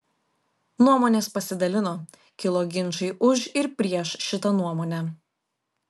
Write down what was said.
nuomonės pasidalino kilo ginčai už ir prieš šitą nuomonę